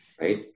right